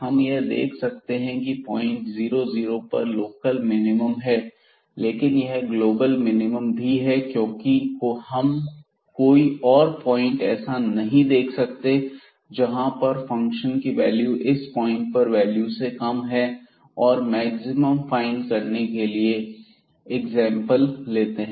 हम यह देख सकते हैं की पॉइंट 00 पर लोकल मिनिमम है लेकिन यह ग्लोबल मिनिमम भी है क्योंकि हम कोई और पॉइंट ऐसा नहीं देख सकते जहां पर फंक्शन की वैल्यू इस पॉइंट पर वैल्यू से कम है और मैक्सिमम फाइंड करने के लिए एग्जांपल लेते हैं